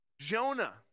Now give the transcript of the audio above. Jonah